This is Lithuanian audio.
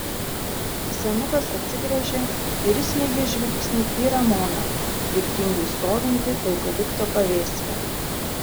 senukas atsigręžė ir įsmeigė žvilgsnį į ramoną viltingai stovintį eukalipto pavėsyje